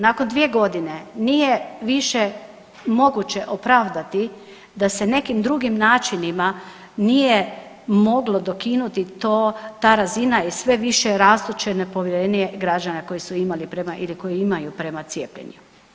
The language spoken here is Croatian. Nakon dvije godine nije više moguće opravdati da se nekim drugim načinima nije moglo dokinuti ta razina i sve više rastuće nepovjerenje građana koje su imali prema ili koje imaju prema cijepljenju.